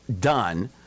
done